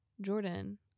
Jordan